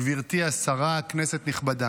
גברתי השרה, כנסת נכבדה,